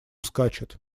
скачет